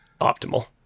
optimal